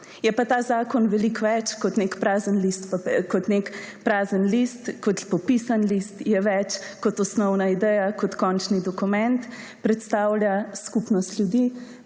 Je pa ta zakon veliko več kot nek prazen list, kot popisan list, je več kot osnovna ideja, kot končni dokument. Predstavlja skupnost ljudi,